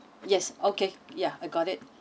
yes okay ya I got it